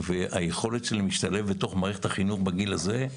היכולת שלהם להשתלב בתוך מערכת החינוך בגיל הזה,